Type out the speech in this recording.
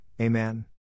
Amen